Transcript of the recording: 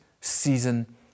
season